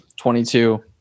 22